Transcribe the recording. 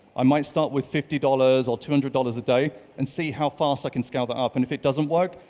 i might start with fifty dollars or two hundred dollars a day and see how fast i can scale that up and if it doesn't work,